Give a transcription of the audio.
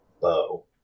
bow